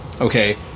okay